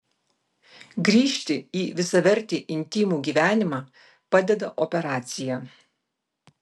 grįžti į visavertį intymų gyvenimą padeda operacija